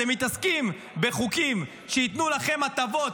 אתם מתעסקים בחוקים שייתנו לכם הטבות,